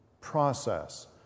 process